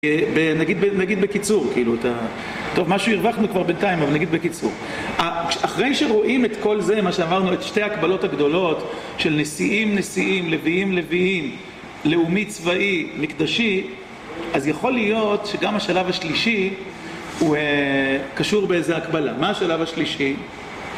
נגיד, נגיד בקיצור, את ה... טוב, משהו הרווחנו כבר בינתיים, אבל נגיד בקיצור. אחרי שרואים את כל זה, מה שאמרנו, את שתי ההקבלות הגדולות של נשיאים-נשיאים, לוויים-לוויים, לאומי, צבאי, מקדשי, אז יכול להיות שגם השלב השלישי הוא קשור באיזה הקבלה. מה השלב השלישי?